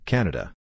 Canada